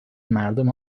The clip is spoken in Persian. مردم